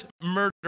murder